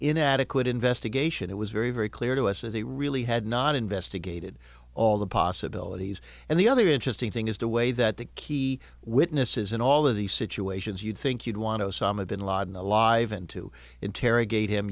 inadequate investigation it was very very clear to us that he really had not invest gated all the possibilities and the other interesting thing is the way that the key witnesses in all of these situations you'd think you'd want to osama bin laden alive and to interrogate him